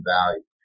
value